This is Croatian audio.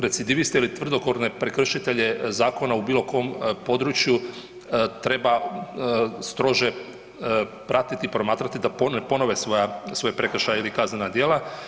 Znamo da recidivisti ili tvrdokorne prekršitelje zakona u bilo kom području treba strože pratiti i promatrati da ponove svoje prekršaje ili kaznena djela.